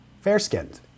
fair-skinned